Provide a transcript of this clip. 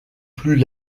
plus